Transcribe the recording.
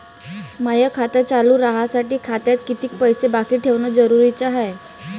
माय खातं चालू राहासाठी खात्यात कितीक पैसे बाकी ठेवणं जरुरीच हाय?